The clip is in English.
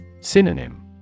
Synonym